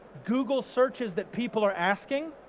google searches that people are asking